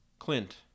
Clint